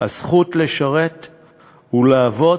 "הזכות לשרת ולעבוד".